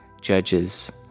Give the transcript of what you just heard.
judges